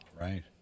Right